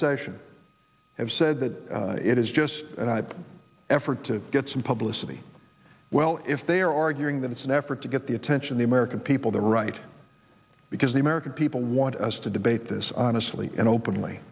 session have said that it is just an effort to get some publicity well if they are arguing that it's an effort to get the attention the american people the right because the american people want us to debate this honestly and openly